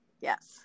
Yes